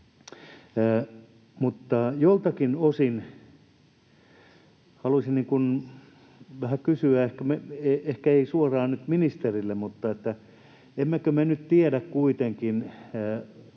Joiltakin osin haluaisin vähän kysyä, ehkä en suoraan nyt ministeriltä: Emmekö me nyt tiedä kuitenkin